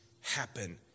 happen